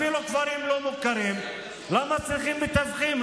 אפילו כפרים לא מוכרים, למה צריכים מתווכים?